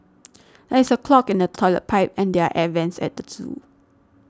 there is a clog in the Toilet Pipe and the Air Vents at the zoo